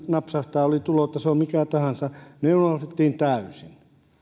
napsahtaa oli tulotaso mikä tahansa ne unohdettiin täysin